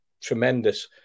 tremendous